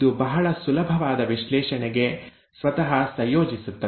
ಇದು ಬಹಳ ಸುಲಭವಾದ ವಿಶ್ಲೇಷಣೆಗೆ ಸ್ವತಃ ಸಂಯೋಜಿಸುತ್ತದೆ